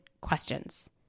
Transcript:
questions